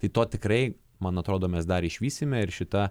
tai to tikrai man atrodo mes dar išvysime ir šita